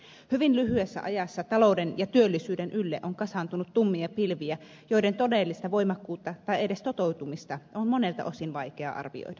hyvin lyhyessä ajassa talouden ja työllisyyden ylle on kasaantunut tummia pilviä joiden todellista voimakkuutta tai edes toteutumista on monelta osin vaikea arvioida